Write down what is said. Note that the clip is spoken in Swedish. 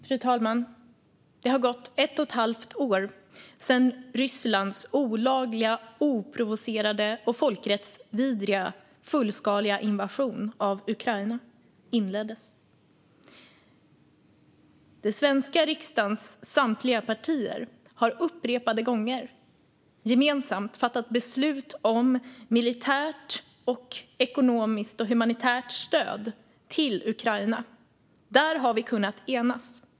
Fru talman! Det har gått ett och ett halvt år sedan Rysslands olagliga, oprovocerade och folkrättsvidriga fullskaliga invasion av Ukraina inleddes. Den svenska riksdagens samtliga partier har upprepade gånger gemensamt fattat beslut om militärt, ekonomiskt och humanitärt stöd till Ukraina. Där har vi kunnat enas.